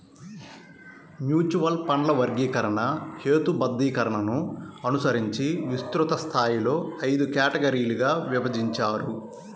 mutual ఫండ్ల వర్గీకరణ, హేతుబద్ధీకరణను అనుసరించి విస్తృత స్థాయిలో ఐదు కేటగిరీలుగా విభజించారు